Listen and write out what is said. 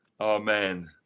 Amen